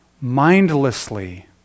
mindlessly